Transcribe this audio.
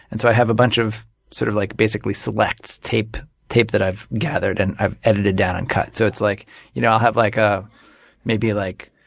and so i have a bunch of sort of like basically select tape tape that i've gathered and i've edited down and cut. so it's like you know i'll have like ah maybe like